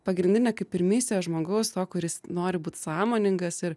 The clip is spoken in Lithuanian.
pagrindinė kaip ir misija žmogaus kuris nori būt sąmoningas ir